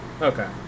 Okay